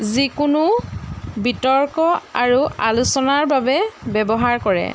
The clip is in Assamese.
যিকোনো বিতৰ্ক আৰু আলোচনাৰ বাবে ব্যৱহাৰ কৰে